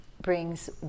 brings